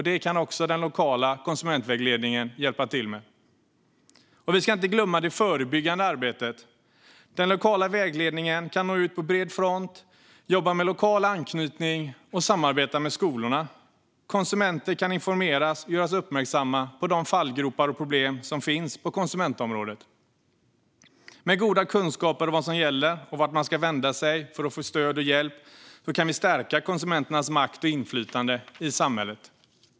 Detta kan den lokala konsumentvägledningen hjälpa till med. Vi ska inte glömma bort det förebyggande arbetet. Den lokala vägledningen kan nå ut på bred front, jobba med lokal anknytning och samarbeta med skolorna. Konsumenter kan informeras och göras uppmärksamma på de fallgropar och problem som finns på konsumentområdet. Med goda kunskaper om vad som gäller och vart man ska vända sig för att få stöd och hjälp kan vi stärka konsumenternas makt och inflytande i samhället.